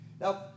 Now